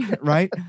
Right